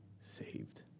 saved